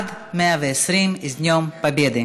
עד 120. (אומרת דברים בשפה הרוסית.)